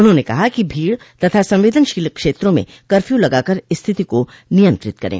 उन्होंने कहा कि भीड तथासंवेदनशील क्षेत्रों में कर्फ्यू लगाकर भीड़ को नियंत्रित करे